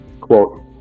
quote